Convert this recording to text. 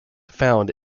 found